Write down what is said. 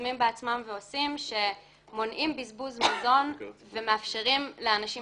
יוזמים בעצמם ועושים ומונעים בזבוז מזון ומאפשרים לאנשים,